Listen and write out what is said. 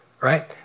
right